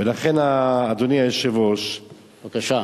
ולכן, אדוני היושב-ראש, בבקשה.